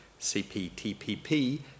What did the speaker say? CPTPP